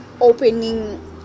opening